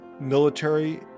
military